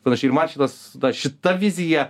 panašiai ir man šitas šita vizija